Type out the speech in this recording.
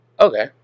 Okay